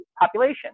population